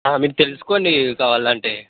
మీరు తెలుసుకోండి కావాలంటే